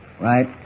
Right